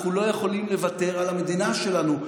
אנחנו לא יכולים לוותר על המדינה שלנו.